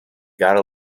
gotta